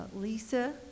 lisa